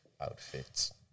outfits